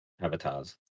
avatars